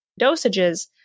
dosages